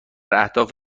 اهداف